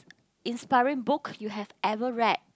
inspiring book you have ever read